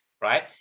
right